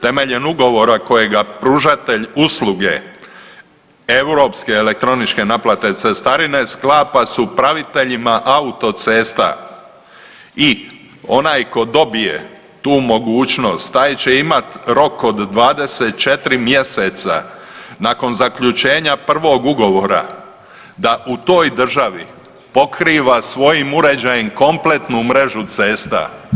Temeljem ugovora kojega pružatelj usluge europske elektroničke cestarine sklapa s upraviteljima autocesta i onaj tko dobije tu mogućnost taj će imati rok od 24 mjeseca nakon zaključenja prvog ugovora da u toj državi pokriva svojim uređajem kompletnu mrežu cesta.